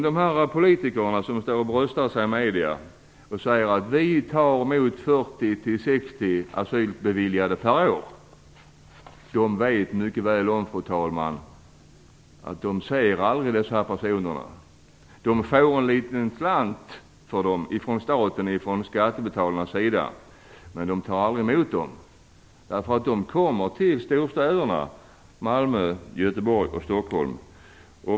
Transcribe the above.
De politiker som står och bröstar sig i medierna och säger att de tar emot 40-60 asylbeviljade per år vet mycket väl om att de aldrig kommer att se dessa personer, fru talman. De får en liten slant för dem från staten och skattebetalarna, men de tar aldrig emot dem. De kommer till storstäderna Malmö, Göteborg och Stockholm.